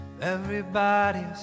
Everybody's